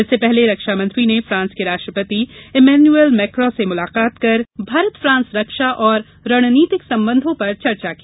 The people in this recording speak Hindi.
इससे पहले रक्षा मंत्री ने फ्रांस के राष्ट्रपति एमेनुअल मैक्रो से मुलाकात कर भारत फ्रांस रक्षा और रणनीतिक संबंधों पर चर्चा की